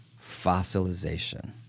fossilization